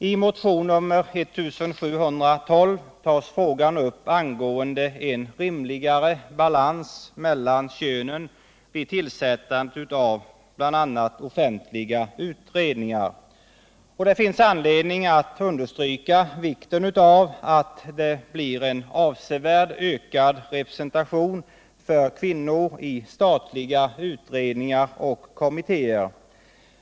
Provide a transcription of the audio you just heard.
I motionen 1712 tar man upp frågan om en rimligare balans mellan könen vid tillsättandet av bl.a. offentliga utredningar. Det finns anledning att understryka vikten av att det blir en avsevärt ökad representation för kvinnor i statliga utredningar och kommittér.